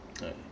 alright